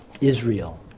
Israel